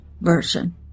version